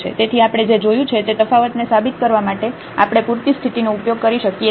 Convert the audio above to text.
તેથી આપણે જે જોયું છે તે તફાવતને સાબિત કરવા માટે આપણે પૂરતી સ્થિતિનો ઉપયોગ કરી શકીએ છીએ